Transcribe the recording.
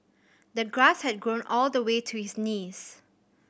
the grass had grown all the way to his knees